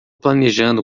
planejando